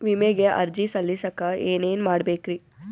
ವಿಮೆಗೆ ಅರ್ಜಿ ಸಲ್ಲಿಸಕ ಏನೇನ್ ಮಾಡ್ಬೇಕ್ರಿ?